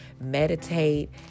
Meditate